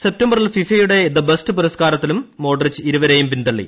സെപ്റ്റംബറിൽ ഫിഫയുടെ the best പുരസ്കാരത്തിലും മോഡ്രിച്ച് ഇരുവരെയും പിന്തള്ളി